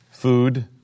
Food